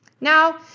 Now